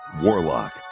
Warlock